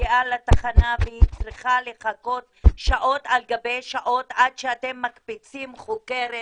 מגיעה לתחנה והיא צריכה לחכות שעות על גבי שעות עד שאתם מקפיצים חוקרת